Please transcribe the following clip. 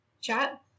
chat